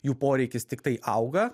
jų poreikis tiktai auga